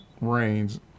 rains